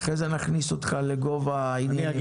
אחר כך נכניס אותך לגוב העניינים.